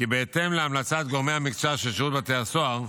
כי בהתאם להמלצת גורמי המקצוע של שירות בתי הסוהר,